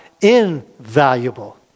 invaluable